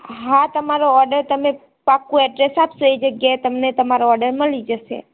હા તમારો ઓર્ડર તમે પાક્કું એડ્રેસ આપશો એ જગ્યાએ તમને તમારો ઓર્ડર મળી જશે